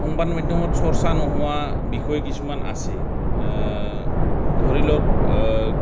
সংবাদ মাধ্যমত চৰ্চা নোহোৱা বিষয় কিছুমান আছে ধৰি লওক